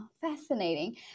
fascinating